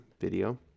Video